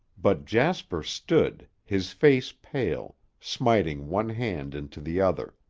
but jasper stood, his face pale, smiting one hand into the other.